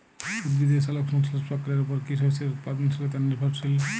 উদ্ভিদের সালোক সংশ্লেষ প্রক্রিয়ার উপর কী শস্যের উৎপাদনশীলতা নির্ভরশীল?